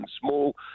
small